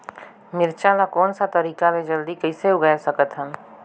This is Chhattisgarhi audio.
मिरचा ला कोन सा तरीका ले जल्दी कइसे उगाय सकथन?